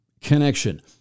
connection